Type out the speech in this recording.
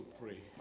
pray